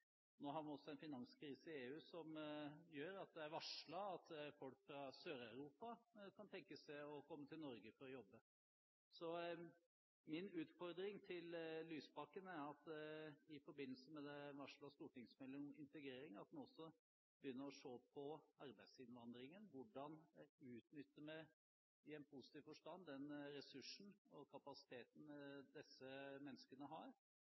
Nå har vi en finanskrise i EU som gjør at det er varslet at folk fra Sør-Europa kan tenke seg å komme til Norge for å jobbe, så min utfordring til Lysbakken er at han i forbindelse med den varslede stortingsmeldingen om integrering også begynner å se på arbeidsinnvandringen. Hvordan utnytter vi i positiv forstand den ressursen og kapasiteten disse menneskene har?